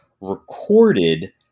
recorded